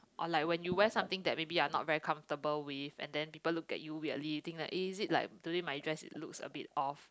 or like when you wear something that maybe you are not very comfortable with and then people look at you weirdly you think like eh is it like today my dress looks a bit off